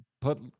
put